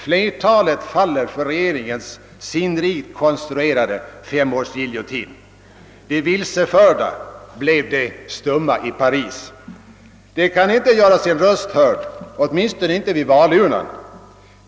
Flertalet faller för regeringens sinnrikt konstruerade femårsgiljotin. De vilseförda blev de stumma i Paris; de kan inte göra sin röst hörd, åtminstone inte vid valurnan.